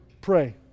pray